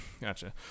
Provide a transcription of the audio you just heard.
gotcha